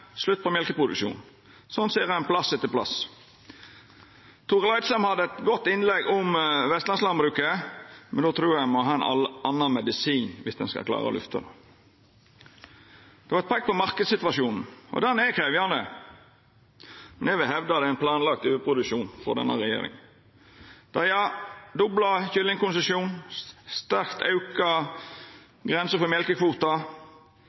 slutt på mjølkeproduksjonen. Slik ser ein det er på plass etter plass. Torill Eidsheim hadde eit godt innlegg om vestlandslandbruket, men eg trur ein må ha ein annan medisin om ein skal klara å lyfta det. Det vart peikt på marknadssituasjonen. Han er krevjande, men eg vil hevda at det er ein planlagd overproduksjon frå denne regjeringa. Dei har dobla kyllingkonsesjonane, sterkt